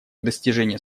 достижение